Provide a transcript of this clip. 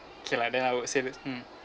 K lah then I would say that hmm